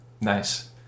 Nice